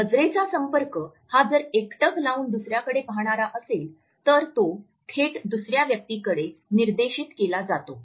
नजरेचा संपर्क हा जर एकटक लावून दुसऱ्याकडे पाहणारा असेल तर तो थेट दुसऱ्या व्यक्तीकडे निर्देशित केला जातो